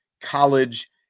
college